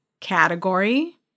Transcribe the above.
category